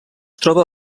troba